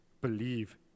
believe